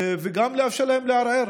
וגם לאפשר להם לערער.